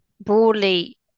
broadly